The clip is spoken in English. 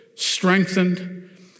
strengthened